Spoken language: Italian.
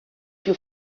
più